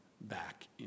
back